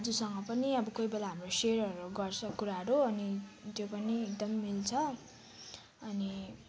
दाजुसँग पनि अब कोही बेला हाम्रो सेयरहरू गर्छ कुराहरू अनि त्यो पनि एकदम मिल्छ अनि